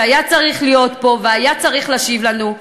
שהיה צריך להיות פה והיה צריך להשיב לנו.